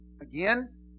again